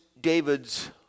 David's